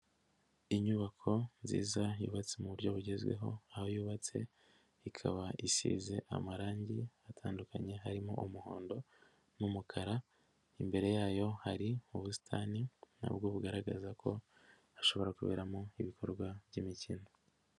Inyubako nziza yubatse mu buryo bugezweho, aho yubatse ikaba isize amarangi atandukanye harimo umuhondo n'umukara, imbere yayo hari ubusitani nabwo bugaragaza ko hashobora kuberamo ibikorwa by'imikino.